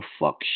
fuck